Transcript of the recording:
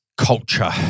culture